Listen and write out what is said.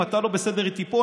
אם אתה לא בסדר איתי פה,